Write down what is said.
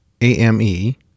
A-M-E